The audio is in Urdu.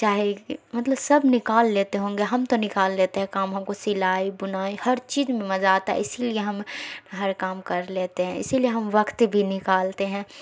چاہے مطلب سب نکال لیتے ہوں گے ہم تو نکال لیتے ہیں کام ہم کو سلائی بنائی ہر چیز میں مزہ آتا ہے اسی لیے ہم ہر کام کر لیتے ہیں اسی لیے ہم وقت بھی نکالتے ہیں